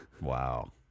Wow